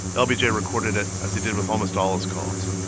ah lbj yeah recorded it, as he did with almost all his calls